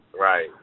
right